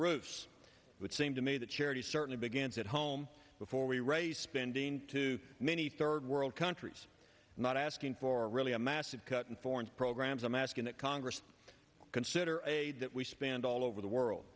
roofs which seem to me that charity certainly begins at home before we raise spending too many third world countries not asking for really a massive cut in foreign programs i'm asking that congress consider aid that we spend all over the world